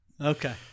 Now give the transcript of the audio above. Okay